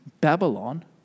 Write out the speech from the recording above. Babylon